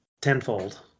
Tenfold